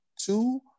two